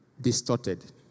distorted